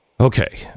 Okay